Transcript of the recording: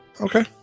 okay